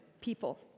people